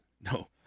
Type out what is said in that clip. No